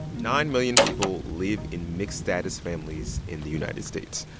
nine million people live in mixed-status families in the united states.